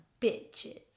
bitches